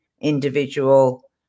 individual